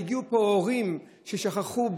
והגיעו לפה הורים ששכחו,